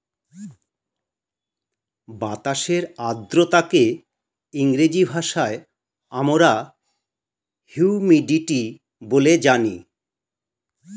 বাতাসের আর্দ্রতাকে ইংরেজি ভাষায় আমরা হিউমিডিটি বলে জানি